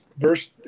Verse